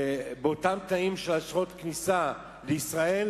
באותם תנאים של אשרות כניסה לישראל,